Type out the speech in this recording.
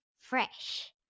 fresh